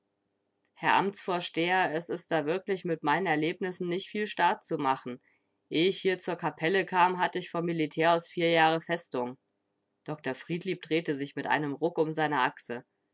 herr amtsvorsteher es is da wirklich mit meinen erlebnissen nich viel staat zu machen eh ich hier zur kapelle kam hatte ich vom militär aus vier jahre festung dr friedlieb drehte sich mit einem ruck um seine achse